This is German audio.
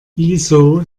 wieso